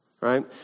right